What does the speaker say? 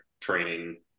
training